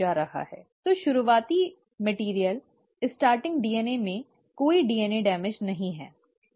तो शुरुआती मैटिअर्इअल शुरुआती डीएनए में कोई डीएनए क्षति नहीं है